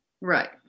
right